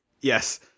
Yes